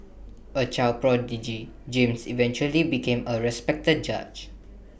A child prodigy James eventually became A respected judge